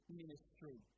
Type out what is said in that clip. ministry